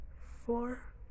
four